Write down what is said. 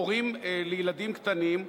הורים לילדים קטנים,